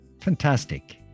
Fantastic